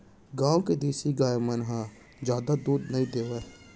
गॉँव के देसी गाय मन ह जादा दूद नइ देवय